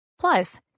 Plus